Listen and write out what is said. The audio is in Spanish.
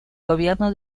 gobierno